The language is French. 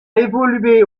évolué